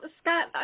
Scott